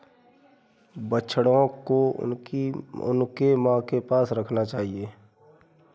बछड़ों को उनकी मां के पास रखना चाहिए